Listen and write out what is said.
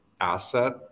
asset